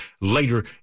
later